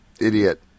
idiot